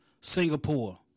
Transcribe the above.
Singapore